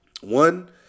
one